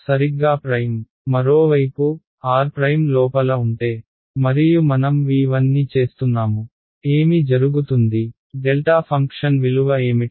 సరిగ్గా ప్రైమ్ మరోవైపు r లోపల ఉంటే మరియు మనం V1 ని చేస్తున్నాము ఏమి జరుగుతుంది డెల్టా ఫంక్షన్ విలువ ఏమిటి